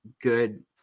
good